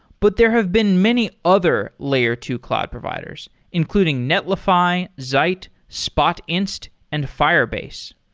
but there have been many other layer two cloud providers, including netllify, zeit, spotinst and firebase.